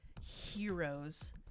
heroes